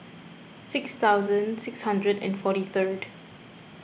six thousand six hundred and forty third